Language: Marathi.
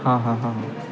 हां हां हां हां